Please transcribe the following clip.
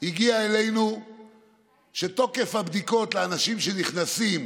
הגיעה אלינו כשתוקף הבדיקות לאנשים שנכנסים,